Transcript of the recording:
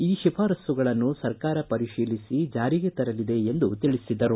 ಈ ಶಿಫಾರಸ್ಸುಗಳನ್ನು ಸರ್ಕಾರ ಪರಿಶೀಲಿಸಿ ಜಾರಿಗೆ ತರಲಿದೆ ಎಂದು ತಿಳಿಸಿದರು